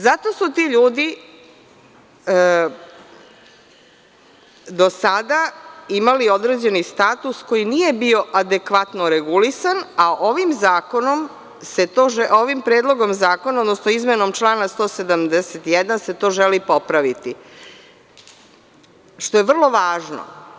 Zato su ti ljudi do sada imali određeni status koji nije bio adekvatno regulisan, a ovim se predlogom zakona, odnosno izmenom člana 171, se to želi popraviti, što je vrlo važno.